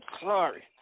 sorry